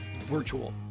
virtual